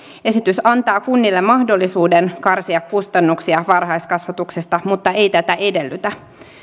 esitys antaa kunnille mahdollisuuden karsia kustannuksia varhaiskasvatuksesta mutta ei tätä edellytä